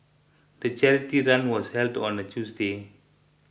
the charity run was held on a Tuesday